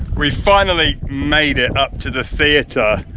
we finally made it up to the theatre.